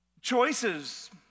Choices